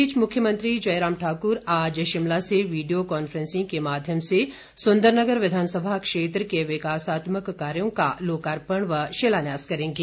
इस बीच मुख्यमंत्री जयराम ठाकुर आज शिमला से वीडियो कान्फ्रेंसिंग के माध्यम से सुन्दरनगर विधानसभा क्षेत्र के विकासात्मक कार्यों का लोकार्पण व शिलान्यास करेंगे